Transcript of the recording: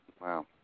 Wow